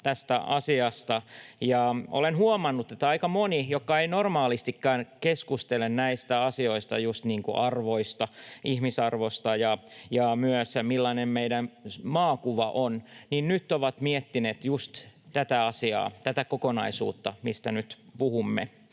tästä asiasta, ja olen huomannut, että aika moni, joka ei normaalisti keskustele näistä asioista, kuten arvoista, ihmisarvosta ja myös siitä, millainen on meidän maakuva, on nyt miettinyt juuri tätä asiaa, tätä kokonaisuutta, mistä nyt puhumme,